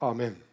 Amen